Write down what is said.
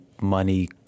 money